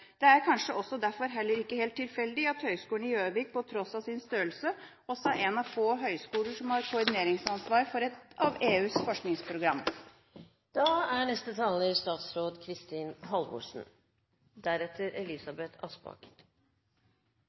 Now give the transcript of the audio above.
derfor kanskje heller ikke helt tilfeldig at Høgskolen i Gjøvik, på tross av sin størrelse, også er en av få høgskoler som har koordineringsansvar for et av EUs